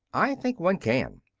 i think one can,